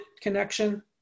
connection